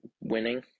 winning